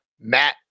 Matt